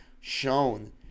shown